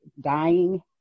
dying